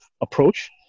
approach